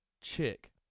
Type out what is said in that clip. chick